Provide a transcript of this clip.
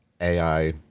AI